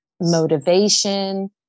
motivation